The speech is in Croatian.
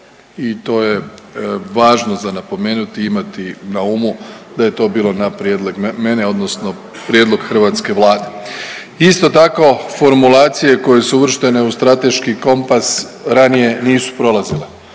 i to je važno za napomenuti, imati na u mu da je to bilo na prijedlog mene, odnosno prijedlog hrvatske Vlade. Isto tako formulacije koje su uvrštene u strateški kompas ranije nisu prolazile,